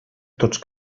tots